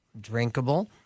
drinkable